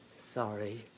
Sorry